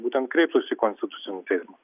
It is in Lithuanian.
būtent kreiptųsi į konstitucinį teismą